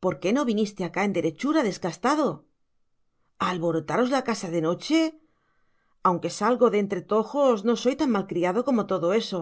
por qué no te viniste acá en derechura descastado a alborotaros la casa de noche aunque salgo de entre tojos no soy tan mal criado como todo eso